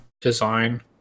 design